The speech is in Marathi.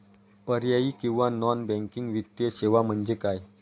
पर्यायी किंवा नॉन बँकिंग वित्तीय सेवा म्हणजे काय?